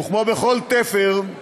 וכמו בכל תפר,